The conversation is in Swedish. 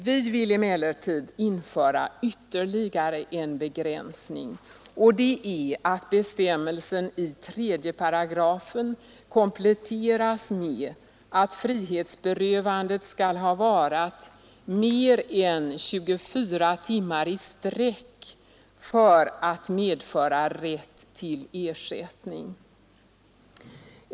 Vi vill emellertid införa ytterligare en begränsning och det är, att bestämmelsen i 3 § kompletteras med att frihetsberövanden skall ha varat mer än 24 timmar i sträck för att medföra rätt till ersättning.